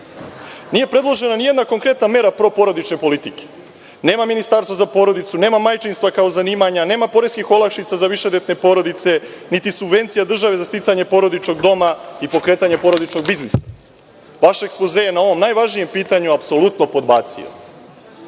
Nije predložena nijedna konkretna mera pro porodične politike. Nema ministarstva za porodicu, nema majčinstva kao zanimanja, nema poreskih olakšica za višedetne porodice, niti subvencija države za sticanje porodičnog doma i pokretanja porodičnog biznisa. Vaš ekspoze je na ovom najvažnijem pitanju apsolutno podbacio. Isto